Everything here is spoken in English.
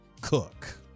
cook